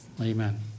Amen